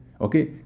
Okay